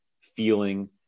feeling